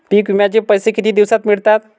पीक विम्याचे पैसे किती दिवसात मिळतात?